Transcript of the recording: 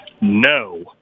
No